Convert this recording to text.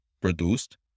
produced